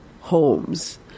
homes